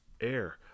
air